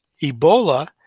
Ebola